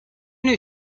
new